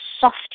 soft